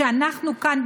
שאנחנו כאן,